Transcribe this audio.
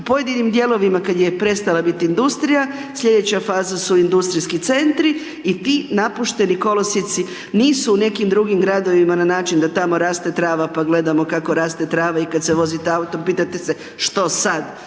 u pojedinim dijelovima kada je prestala biti industrija, sljedeća faza su industrijski centri i ti napušteni kolosijeci nisu u nekim drugim gradovima na način da tamo raste trava pa gledamo kako raste trava i kada se vozite autom pitate se što sad